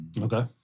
Okay